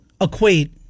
equate